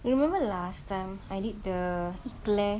remember last time I did the eclair